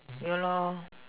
ya lor